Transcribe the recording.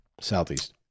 Southeast